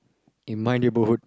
in my neighborhood